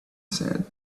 said